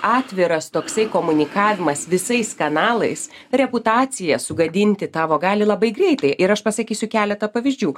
atviras toksai komunikavimas visais kanalais reputaciją sugadinti tavo gali labai greitai ir aš pasakysiu keletą pavyzdžių